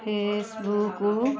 face book